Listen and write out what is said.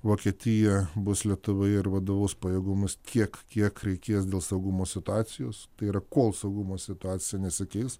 vokietija bus lietuvoje ir vadovaus pajėgumus tiek kiek reikės dėl saugumo situacijos tai yra kol saugumo situacija nesikeis